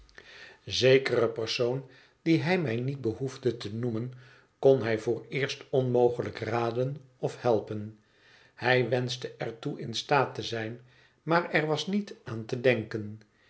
zekere persoon die hij mij niet behoefde te noemen kon hij vooreerst onmogelijk raden of helpen hij wenschte er toe in staat te zijn maar er was niet aan te denken